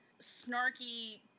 snarky